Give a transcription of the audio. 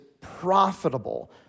profitable